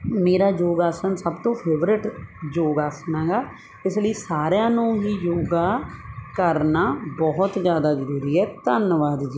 ਮੇਰਾ ਯੋਗ ਆਸਣ ਸਭ ਤੋਂ ਫੇਵਰਟ ਯੋਗਾ ਆਸਣ ਹੈਗਾ ਇਸ ਲਈ ਸਾਰਿਆਂ ਨੂੰ ਹੀ ਯੋਗਾ ਕਰਨਾ ਬਹੁਤ ਜ਼ਿਆਦਾ ਜ਼ਰੂਰੀ ਹੈ ਧੰਨਵਾਦ ਜੀ